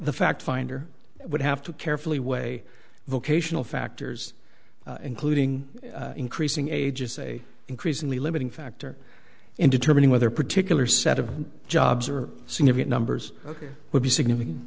the fact finder would have to carefully weigh vocational factors including increasing age is a increasingly limiting factor in determining whether a particular set of jobs or significant numbers ok would be significant